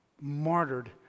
martyred